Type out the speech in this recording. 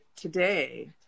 today